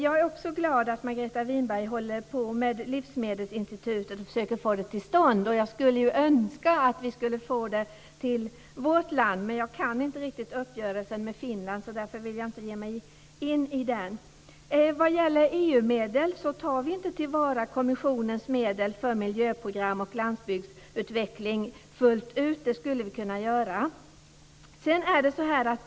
Jag är också glad över att Margareta Winberg håller på med Livsmedelsinstitutet och försöker få det till stånd. Jag skulle ju önska att vi kunde få det till vårt land, men jag känner inte riktigt till uppgörelsen med Finland. Därför vill jag inte ge mig in i den diskussionen. När det gäller EU-medel tar vi inte till vara kommissionens medel för miljöprogram och landsbygdsutveckling fullt ut. Det skulle vi kunna göra.